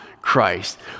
Christ